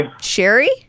Sherry